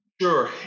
sure